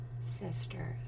sisters